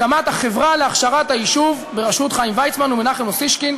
הקמת החברה "הכשרת היישוב" בראשות חיים ויצמן ומנחם אוסישקין,